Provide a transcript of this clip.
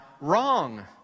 wrong